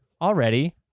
already